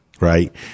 right